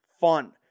fun